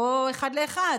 לא אחד לאחד,